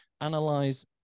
Analyze